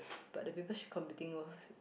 but the people she competing was